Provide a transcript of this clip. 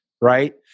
right